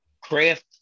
craft